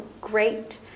great